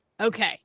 Okay